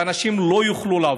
ואנשים לא יוכלו לעבוד.